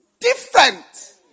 different